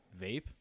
vape